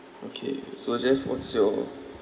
okay so jeff what's your